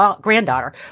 granddaughter